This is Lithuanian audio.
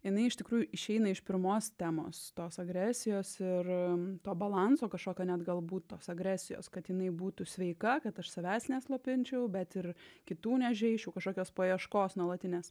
jinai iš tikrųjų išeina iš pirmos temos tos agresijos ir to balanso kažkokio net galbūt tos agresijos kad jinai būtų sveika kad aš savęs neslopinčiau bet ir kitų nežeisčiau kažkokios paieškos nuolatinės